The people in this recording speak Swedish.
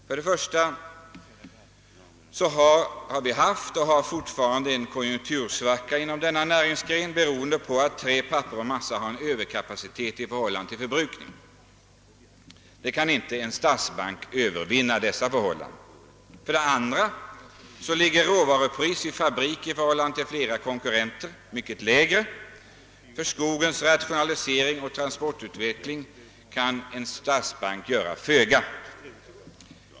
För det första har vi haft och har fortfarande en konjunktursvacka inom denna näringsgren beroende på överproduktion av trä, papper och massa, och dessa förhållanden kan inte en statsbank göra något åt. För det andra ligger råvarupriset vid fabrik hos oss mycket högre än flera konkurrentlän ders. För rationalisering och transportutveckling inom skogsbruket kan en statsbank göra föga.